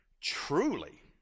Truly